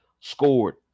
scored